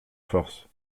forces